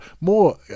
More